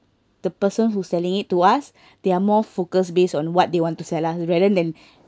the person who's selling it to us they are more focus based on what they want to sell us rather than